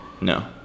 no